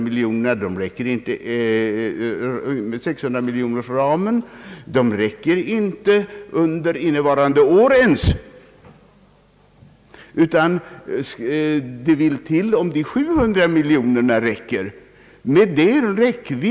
Man vet som sagt att ramen på 600 miljoner kronor inte räcker ens under innevarande år, och det är väl osäkert om de 700 miljonerna kan räcka.